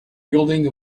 wielding